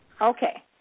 Okay